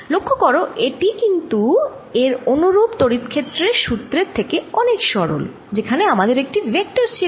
লক্ষ্য করো এটি কিন্তু এর অনুরূপ ত্বড়িৎ ক্ষেত্রের সুত্রের থেকে অনেক সরল যেখানে আমাদের একটি ভেক্টর ছিল